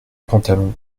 pantalon